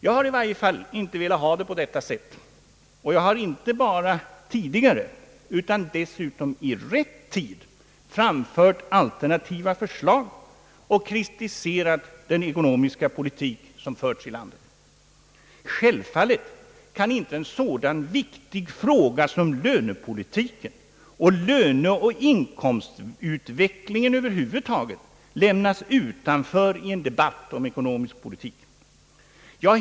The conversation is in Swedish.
Jag har i varje fall inte velat ha det på detta sätt, och jag har inte bara tidigare utan dessutom i rätt tid framfört alternativa förslag och kritiserat den ekonomiska politik som förts i landet. Självfallet kan inte en så viktig fråga som lönepolitiken och löneoch inkomstutvecklingen över huvud taget lämnas utanför en debatt om ekonomisk politik.